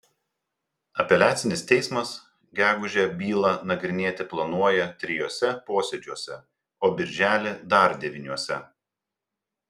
apeliacinis teismas gegužę bylą nagrinėti planuoja trijuose posėdžiuose o birželį dar devyniuose